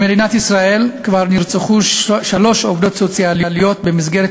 במדינת ישראל כבר נרצחו שלוש עובדות סוציאליות במסגרת